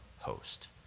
host